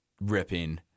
ripping